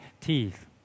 teeth